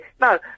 No